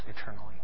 eternally